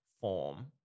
form